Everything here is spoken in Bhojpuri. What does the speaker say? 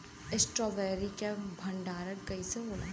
स्ट्रॉबेरी के भंडारन कइसे होला?